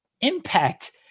impact